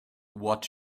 what